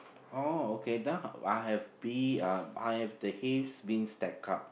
oh okay then I have bee um I have the hays being stacked up